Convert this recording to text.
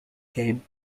game